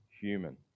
human